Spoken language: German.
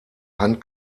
hand